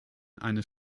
eines